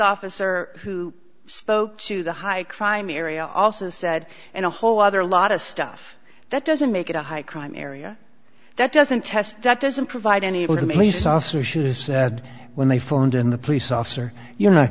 officer who spoke to the high crime area also said in a whole other lot of stuff that doesn't make it a high crime area that doesn't test that doesn't provide any able to me saucer shooters said when they formed in the police officer you're not